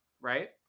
right